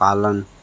पालन